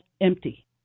empty